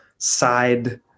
side